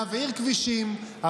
להבעיר כבישים,